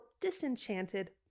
disenchanted